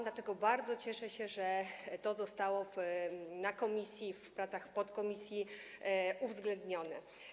Dlatego bardzo cieszę się, że to zostało w komisji, w pracach podkomisji uwzględnione.